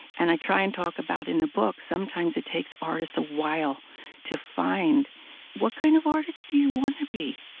and i try and talk about it in the book, sometimes it takes artists a while to find what kind of artists do you want to be?